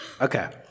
Okay